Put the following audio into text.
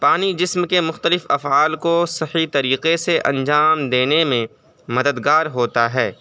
پانی جسم کے مختلف افعال کو صحیح طریقے سے انجام دینے میں مددگار ہوتا ہے